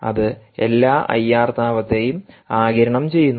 അത് എല്ലാ ഐആർ താപത്തെയും ആഗിരണം ചെയ്യുന്നു